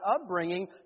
upbringing